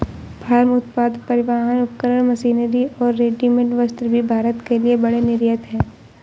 farm उत्पाद, परिवहन उपकरण, मशीनरी और रेडीमेड वस्त्र भी भारत के लिए बड़े निर्यात हैं